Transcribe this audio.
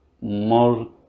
more